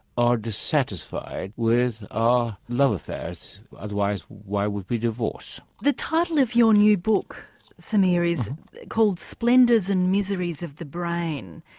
are dissatisfied with our love affairs otherwise why would we divorce. the title of your new book series called splendours and miseries of the brain.